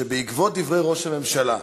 שבעקבות דברי ראש הממשלה,